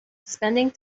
spending